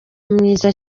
mwiza